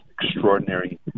extraordinary